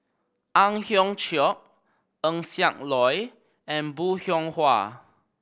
Ang Hiong Chiok Eng Siak Loy and Bong Hiong Hwa